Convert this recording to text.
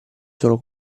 solo